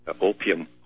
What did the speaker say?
opium